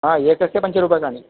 आ एकस्य पञ्चरूप्यकाणि